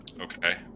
Okay